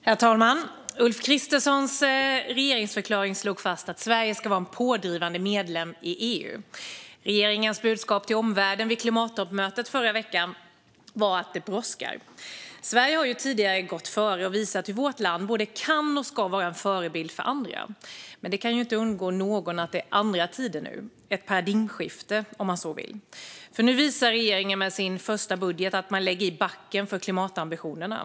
Herr talman! Ulf Kristerssons regeringsförklaring slog fast att Sverige ska vara en pådrivande medlem i EU. Regeringens budskap till omvärlden vid klimattoppmötet förra veckan var att det brådskar. Sverige har tidigare gått före och visat hur vårt land både kan och ska vara en förebild för andra. Men det kan inte undgå någon att det är andra tider nu, ett paradigmskifte om man så vill. Nu visar regeringen med sin första budget att man lägger i backen för klimatambitionerna.